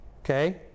Okay